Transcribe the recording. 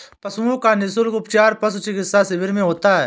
पशुओं का निःशुल्क उपचार पशु चिकित्सा शिविर में होता है